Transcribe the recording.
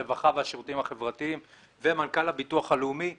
הרווחה והשירותים החברתיים ומנכ"ל הביטוח הלאומי,